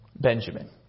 Benjamin